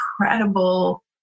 incredible